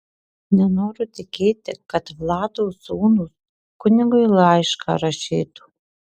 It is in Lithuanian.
nenoriu tikėti kad vlado sūnūs kunigui laišką rašytų